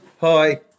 Hi